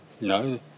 No